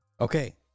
Okay